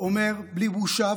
אומר בלי בושה,